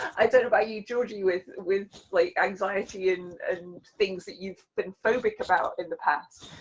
i don't know about you, georgie, with with like anxiety and things that you've been phobic about in the past,